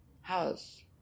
house